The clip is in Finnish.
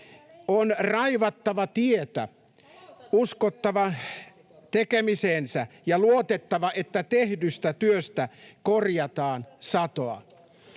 On raivattava tietä, uskottava tekemiseensä ja luotettava, että tehdystä työstä korjataan satoa.